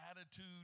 attitude